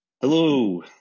Hello